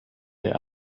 der